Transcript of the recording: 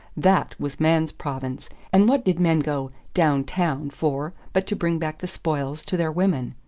that was man's province and what did men go down town for but to bring back the spoils to their women?